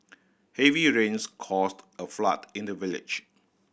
heavy rains caused a flood in the village